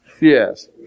Yes